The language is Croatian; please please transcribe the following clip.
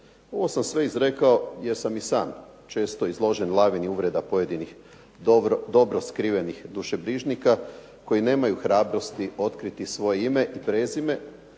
Ovo sam sve izrekao jer sam i sam često izložen lavini uvreda pojedinih dobro skrivenih dušebrižnika koji nemaju hrabrosti otkriti svoje ime i prezime,